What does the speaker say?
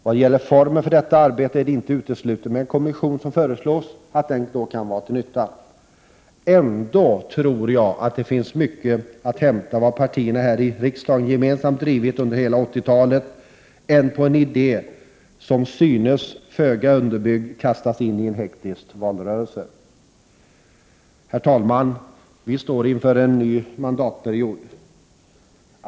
Vad gäller formen för detta arbete är det inte uteslutet att en sådan kommission som föreslås kan vara till nytta. Ändå tror jag att det finns mer att hämta i vad partierna här i riksdagen gemensamt drivit under hela 80-talet än i en idé som, till synes föga underbyggd, kastas fram i en hektisk valrörelse. Herr talman! Vi står inför en ny mandatperiod.